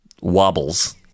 wobbles